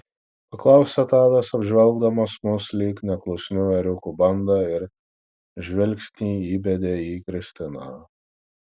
paklausė tadas apžvelgdamas mus lyg neklusnių ėriukų bandą ir žvilgsnį įbedė į kristiną